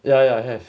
ya ya have